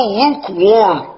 lukewarm